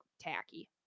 tacky